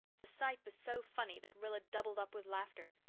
the sight was so funny that rilla doubled up with laughter.